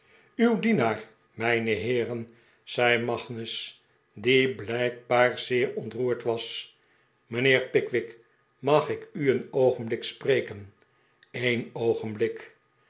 uw dienaar mijne heeren zei magnus die blijkbaar zeer ontroerd was mijnheer pickwick mag ik u een oogenblik spreken een oogenblik